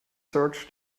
search